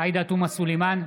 עאידה תומא סלימאן,